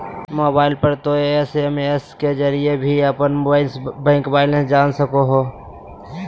mobile पर तों SMS के जरिए भी अपन बैंक बैलेंस जान सको हो